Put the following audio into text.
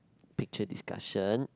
picture discussion